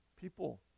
people